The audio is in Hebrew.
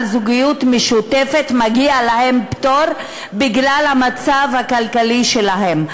זוגיות משותפת מגיע להם פטור בגלל המצב הכלכלי שלהם.